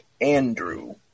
Andrew